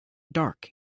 dark